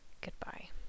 Goodbye